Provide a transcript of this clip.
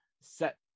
set